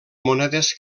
monedes